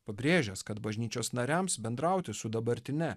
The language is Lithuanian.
pabrėžęs kad bažnyčios nariams bendrauti su dabartine